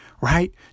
Right